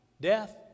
Death